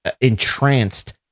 entranced